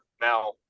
Now